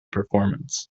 performance